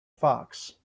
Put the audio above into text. fox